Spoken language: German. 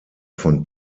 von